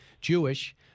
Jewish